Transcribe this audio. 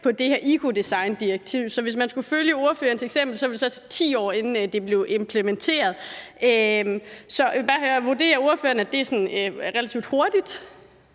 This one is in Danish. om det her ecodesigndirektiv, så hvis det fulgte ordførerens eksempel, ville der gå 10 år, inden det blev implementeret. Så jeg vil bare høre, om ordføreren vurderer, at det sådan er relativt hurtigt.